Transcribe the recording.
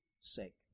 sake